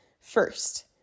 First